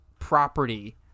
property